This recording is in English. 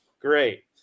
Great